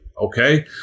okay